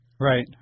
Right